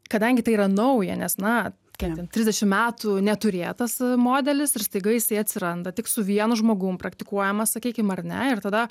kadangi tai yra nauja nes na kiek ten trisdešimt metų neturėtas modelis ir staiga jisai atsiranda tik su vienu žmogum praktikuojamas sakykim ar ne ir tada